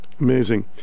Amazing